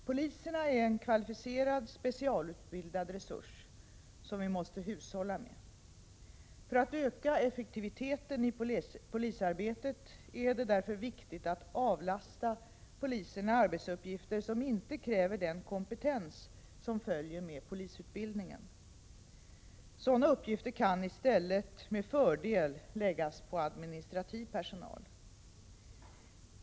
Poliserna är en kvalificerad, specialutbildad resurs som vi måste hushålla med. För att öka effektiviteten i polisarbetet är det därför viktigt att avlasta poliserna arbetsuppgifter som inte kräver den kompetens som följer med polisutbildningen. Sådana uppgifter kan i stället med fördel läggas på administrativ personal.